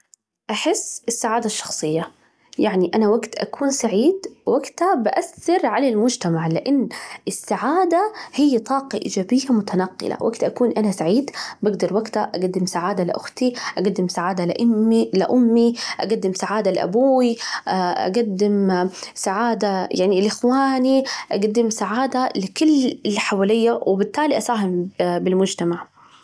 أحس السعادة الشخصية، يعني أنا وجت أكون سعيد وقتها بأثر على المجتمع؛ لأن السعادة هي طاقة إيجابية متنقلة، وقت أكون أنا سعيد بجدر وجتها أجدم سعادة لأختي، أجدم سعادة لإمي لأمي، أجدم سعادة لأبوي، أقدم سعادة يعني لإخواني، أقدم سعادة لكل اللي حواليا، وبالتالي أساهم بالمجتمع.